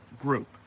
group